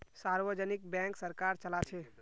सार्वजनिक बैंक सरकार चलाछे